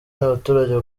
nabaturage